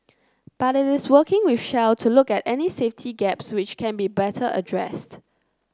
but it is working with Shell to look at any safety gaps which can be better addressed